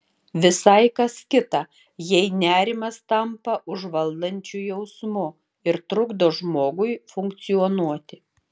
visai kas kita jei nerimas tampa užvaldančiu jausmu ir trukdo žmogui funkcionuoti